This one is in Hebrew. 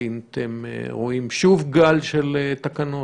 האם אתם רואים שוב גל של תקנות?